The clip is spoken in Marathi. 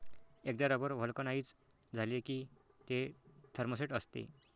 एकदा रबर व्हल्कनाइझ झाले की ते थर्मोसेट असते